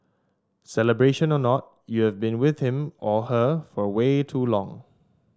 celebration or not you've been with him or her for way too long